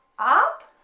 up